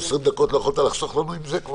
לא יכולת לחסוך לנו 20 דקות?